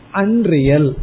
unreal